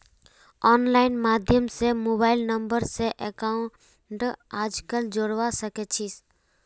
online माध्यम स mobile number स अकाउंटक आजकल जोडवा सके छी